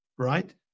right